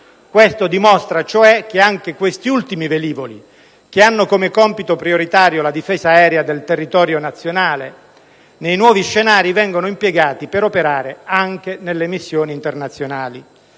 Questo dimostra cioè che anche questi ultimi velivoli, che hanno come compito prioritario la difesa aerea del territorio nazionale, nei nuovi scenari vengono impiegati per operare anche nelle missioni internazionali.